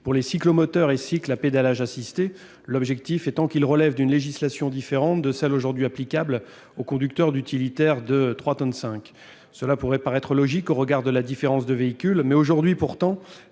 de cyclomoteurs et de cycles à pédalage assisté, afin qu'ils relèvent d'une législation différente de celle applicable aux conducteurs d'utilitaires de 3,5 tonnes. Cela peut paraître logique au regard de la différence des véhicules. Aujourd'hui, pourtant,